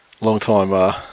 long-time